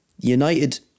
United